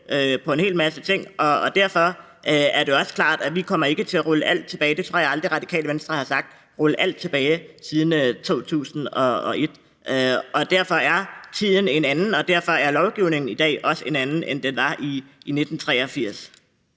på en hel masse ting, og derfor er det også klart, at vi ikke kommer til at rulle alt tilbage – det tror jeg aldrig Radikale Venstre har sagt – der er blevet vedtaget siden 2001. Tiden er en anden, og derfor er lovgivningen i dag også en anden, end den var i 1983.